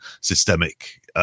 systemic